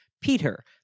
Peter